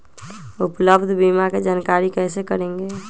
उपलब्ध बीमा के जानकारी कैसे करेगे?